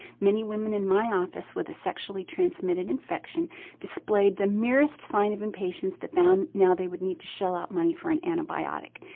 many women in my office with a sexually transmitted infection displayed the merest sign of impatience that now they would need to shell out money for an antibiotic.